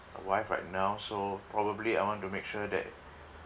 a wife right now so probably I want to make sure that